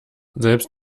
selbst